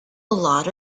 lot